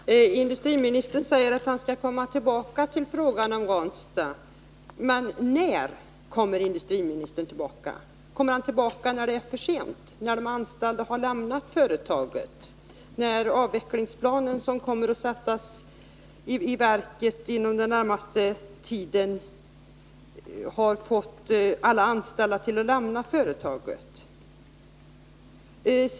Herr talman! Industriministern säger att han skall komma tillbaka till frågan om Ranstad. När kommer industriministern tillbaka? När det är för sent, när avvecklingsplanen, som kommer att sättas i verket den närmaste tiden, har fått alla anställda att lämna företaget?